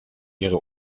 ihre